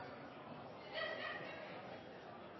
feltet